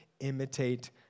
imitate